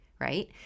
right